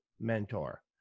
mentor